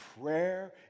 Prayer